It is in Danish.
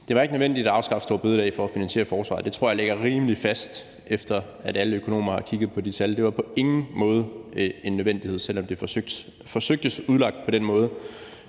at det ikke var nødvendigt at afskaffe store bededag for at finansiere forsvaret. Det tror jeg ligger rimelig fast, efter at alle økonomer har kigget på de tal. Det var på ingen måde en nødvendighed, selv om det forsøgtes udlagt på den måde.